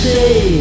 say